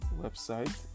website